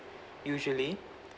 usually